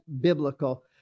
biblical